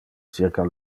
circa